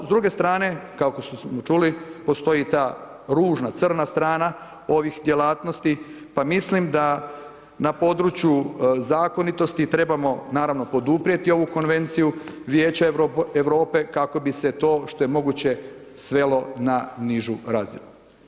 No s druge strane, kako smo čuli, postoji ta ružna, crna strna ovih djelatnosti, pa mislim da na području zakonitosti, trebamo naravno poduprijeti ovu konvenciju Vijeća Europe, kako bi se to što je moguće svelo na nižu razinu.